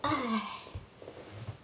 哎